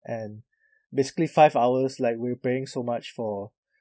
and basically five hours like we're paying so much for